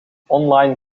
online